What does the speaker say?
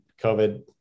COVID